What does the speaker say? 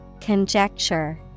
Conjecture